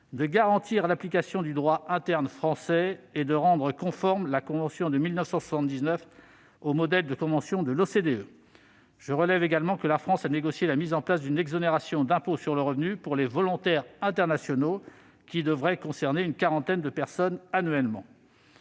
garantissent l'application du droit interne français et rendent conforme la convention de 1979 au modèle de convention de l'OCDE. Je relève également que la France a négocié la mise en place d'une exonération d'impôt sur le revenu pour les volontaires internationaux, qui devrait concerner une quarantaine de personnes annuellement.